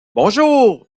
bonjour